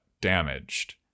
damaged